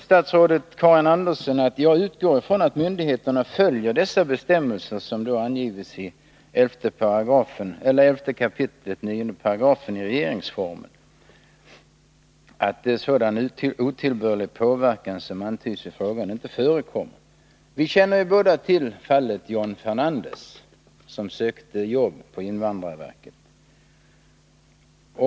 Statsrådet Karin Andersson säger: ”Jag utgår från att myndigheterna följer dessa bestämmelser” — 11 kap. 9 § i regeringsformen — ”utan sådan otillbörlig påverkan som antyds i frågan.” Vi känner båda till fallet John Fernandez, vilken sökte jobb på invandrarverket.